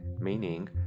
Meaning